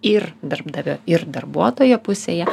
ir darbdavio ir darbuotojo pusėje